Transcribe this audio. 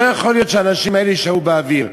לא יכול להיות שהאנשים האלה יישארו באוויר.